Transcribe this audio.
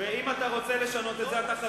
אם אתה רוצה לשנות את זה, אתה מוזמן.